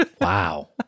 Wow